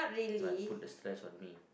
what put the stress on me